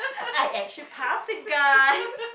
I actually passed it guys